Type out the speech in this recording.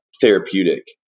therapeutic